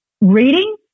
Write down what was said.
reading